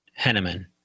Henneman